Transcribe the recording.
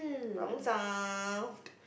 problem solved